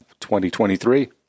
2023